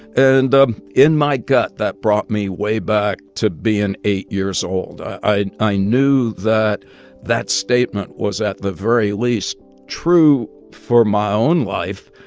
and in my gut, that brought me way back to being eight years old. i i knew that that statement was at the very least true for my own life,